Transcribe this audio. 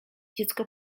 dziecko